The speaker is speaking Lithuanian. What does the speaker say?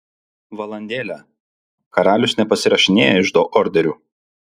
valandėlę karalius nepasirašinėja iždo orderių